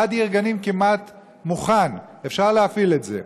עד עיר גנים כמעט מוכן ואפשר להפעיל את זה.